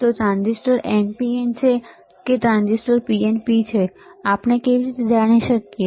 તો transistor NPN છે કે ટ્રાન્ઝિસ્ટર PNP છે આપણે કેવી રીતે જાણી શકીએ